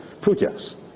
projects